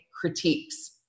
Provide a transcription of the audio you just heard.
critiques